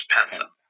Panther